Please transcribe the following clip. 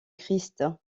christ